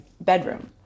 bedroom